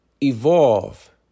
evolve